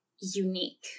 unique